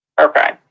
Okay